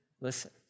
listen